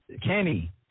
Kenny